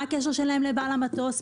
מה הקשר שלהם לבעל המטוס,